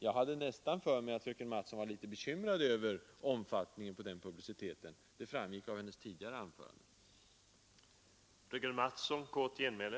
Jag hade nästan för mig att fröken Mattson var litet bekymrad över publicitetens omfattning — det framgick av hennes tidigare anförande.